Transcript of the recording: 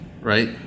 right